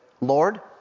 Lord